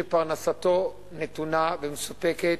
שפרנסתו נתונה ומספקת,